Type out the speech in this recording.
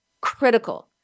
critical